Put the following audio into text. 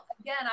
again